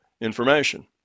information